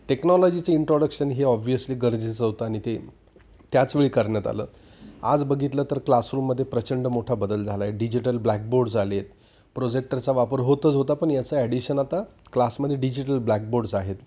टेक्नॉलॉजीचे introduction हे obviously गरजेचं होतं आणि ते त्याच वेळी करण्यात आलं आज बघितलं तर क्लासरूमध्ये प्रचंड मोठा बदल झाला आहे डिजिटल ब्लॅकबोर्डस आले आहेत प्रोजेक्टरचा वापर होतच होता पण याचं ॲडिशन आता क्लासमध्ये डिजिटल ब्लॅकबोर्ड्स आहेत